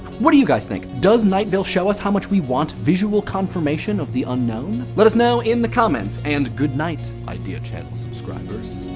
what do you guys think? does night vale show us how much we want visual confirmation of the unknown? let us know in the comments and good night, idea channel subscribers.